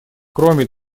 кроме